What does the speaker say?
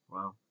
Wow